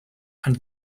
and